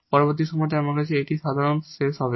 পরবর্তী সমস্যায় আমাদের কাছে এটিই আজকের জন্য শেষ হবে